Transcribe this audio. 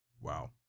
Wow